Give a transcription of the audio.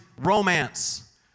romance